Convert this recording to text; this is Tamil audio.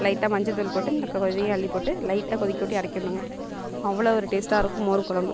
லைட்டாக மஞ்சள் தூள் போட்டு இந்த இதையும் அள்ளி போட்டு லைட்டாக கொதிக்கவிட்டு இறக்கிறனுங்க அவ்வளோ ஒரு டேஸ்ட்டாயிருக்கும் மோர் குழம்பு